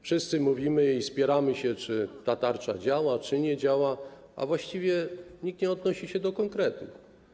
Wszyscy mówimy i spieramy się, czy ta tarcza działa, czy nie działa, a właściwie nikt nie odnosi się do konkretów.